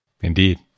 Indeed